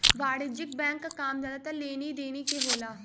वाणिज्यिक बैंक क काम जादातर लेनी देनी के होला